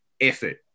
Effort